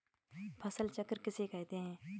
फसल चक्र किसे कहते हैं?